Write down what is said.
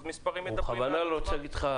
אז המספרים מדברים בעד עצמם.